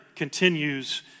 continues